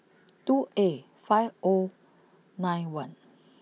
two A five O nine one